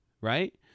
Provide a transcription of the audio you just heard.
right